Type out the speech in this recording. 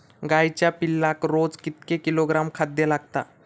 गाईच्या पिल्लाक रोज कितके किलोग्रॅम खाद्य लागता?